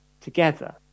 together